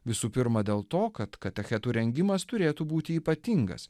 visų pirma dėl to kad katechetų rengimas turėtų būti ypatingas